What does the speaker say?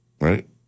right